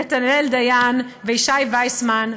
נתנאל דיין וישי ויסמן,